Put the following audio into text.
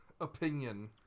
opinion